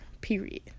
period